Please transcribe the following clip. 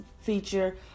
feature